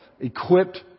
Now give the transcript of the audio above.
Equipped